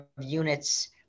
units